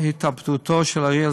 התאבדותו של אריאל,